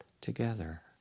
together